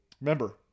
remember